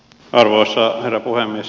arvoisa herra puhemies